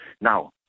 Now